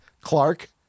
Clark